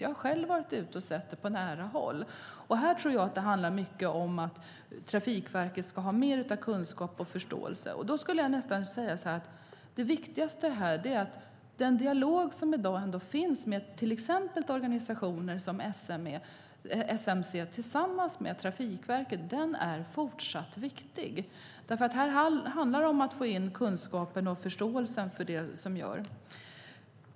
Jag har själv varit ute och sett det på nära håll. Här tror jag att det handlar mycket om att Trafikverket ska ha mer kunskap och förståelse. Jag skulle nästan säga att det viktigaste är den dialog som i dag finns med till exempel organisationer som SMC tillsammans med Trafikverket. Den är fortsatt viktig. Här handlar det om att få in kunskapen och förståelsen.